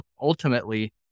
ultimately